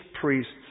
priests